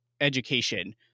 education